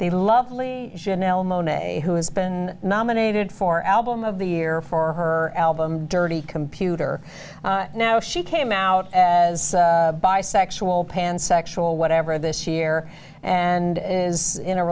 the lovely gentle monet has been nominated for album of the year for her album dirty computer now she came out as bisexual pansexual whatever this year and is in a